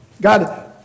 God